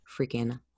freaking